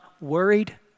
worried